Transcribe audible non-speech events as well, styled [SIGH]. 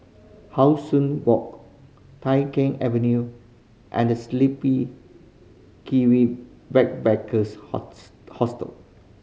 How Sun Walk Tai Keng Avenue and The Sleepy Kiwi Backpackers [UNINTELLIGIBLE] Hostel